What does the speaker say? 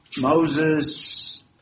Moses